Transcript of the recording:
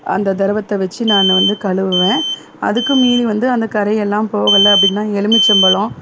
அந்த திரவத்த வச்சி நான் வந்து கழுவுவேன் அதுக்கு மீறி வந்து அந்த கறையெல்லாம் போகல அப்படின்னா எலுமிச்சைம் பழம்